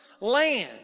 land